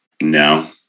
No